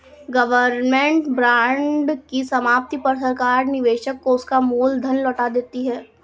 government bond की समाप्ति पर सरकार निवेशक को उसका मूल धन लौटा देती है